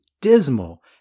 dismal